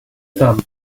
thumb